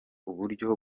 uburyo